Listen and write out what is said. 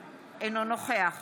אינו נוכח